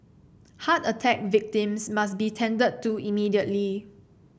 heart attack victims must be tended to immediately